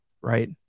right